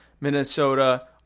Minnesota